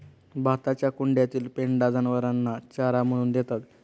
भाताच्या कुंड्यातील पेंढा जनावरांना चारा म्हणून देतात